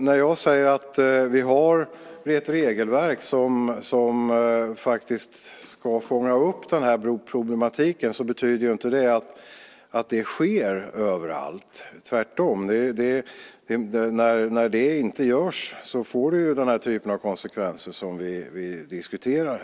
När jag säger att vi har ett regelverk som ska fånga upp den här problematiken betyder det inte att så sker överallt - tvärtom. När så inte sker får det den typen av konsekvenser som vi nu diskuterar.